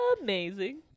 Amazing